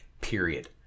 period